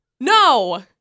no